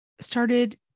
started